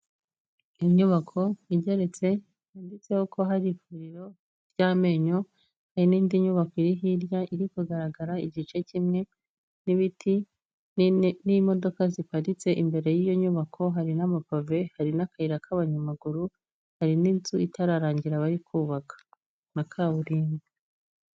Inyubako igeretse yanditseho ko hari ivuriro ry'amenyo, hari n'indi nyubako iri hirya iri kugaragara igice kimwe n'ibiti n'imodoka ziparitse imbere y'iyo nyubako, hari n'amapave hari n'akayira k'abanyamaguru, hari n'inzu itararangira bari kubaka na kaburimbo.